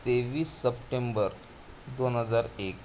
तेवीस सप्टेंबर दोन हजार एक